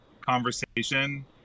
conversation